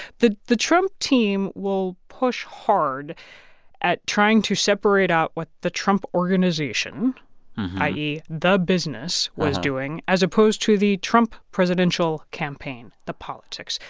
the the trump team will push hard at trying to separate out what the trump organization i e. the business was doing as opposed to the trump presidential campaign, the politics.